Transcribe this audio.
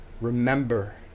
remember